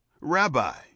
Rabbi